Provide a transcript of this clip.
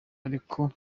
ariko